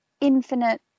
infinite